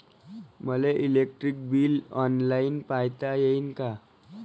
मले electric bill online पायता येईन का?